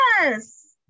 yes